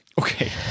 Okay